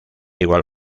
igual